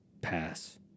pass